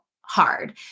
hard